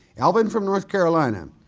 alvin from north carolina,